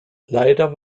leider